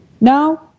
now